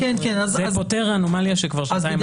זה פותר אנומליה שכבר שנתיים אנחנו נמצאים בתוכה.